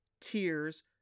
tears